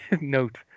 note